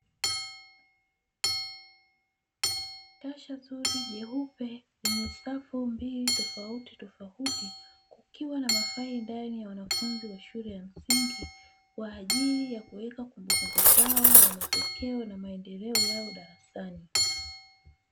Kasha zuri jeupe lenye safu mbili tofautitofauti, kukiwa na mafaili ndani ya wanafunzi wa shule ya msingi, kwa ajili ya kuweka kumbukumbu zao za matokeo na maendeleo yao darasani.